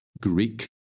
Greek